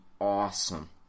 awesome